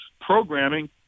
programming